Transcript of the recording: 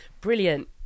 Brilliant